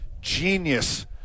genius